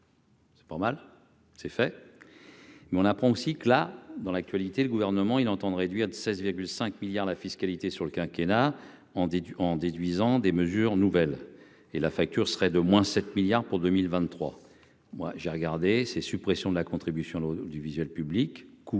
C'est pas mal, c'est fait, mais on apprend aussi que la dans l'actualité, le gouvernement, ils l'entendent réduire de 16,5 milliards la fiscalité sur le quinquennat en du en déduisant des mesures nouvelles et la facture serait d'au moins 7 milliards pour 2023, moi j'ai regardé ces suppressions de la contribution à l'audiovisuel public, coût